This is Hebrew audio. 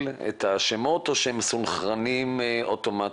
את השמות או שהם מסונכרנים אוטומטית?